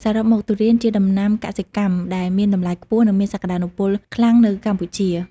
សរុបមក ទុរេនជាដំណាំកសិកម្មដែលមានតម្លៃខ្ពស់ និងមានសក្តានុពលខ្លាំងនៅកម្ពុជា។